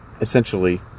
Essentially